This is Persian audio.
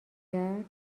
کرد